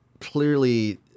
clearly